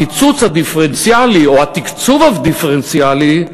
הקיצוץ הדיפרנציאלי, או התקצוב הדיפרנציאלי,